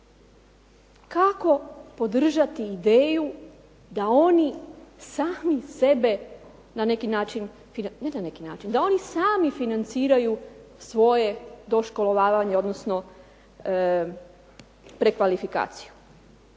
Kako podržati ideju da oni sami sebe na neki način financiraju, ne na neki način, da oni sami financiraju svoje doškolovanje, odnosno prekvalifikaciju?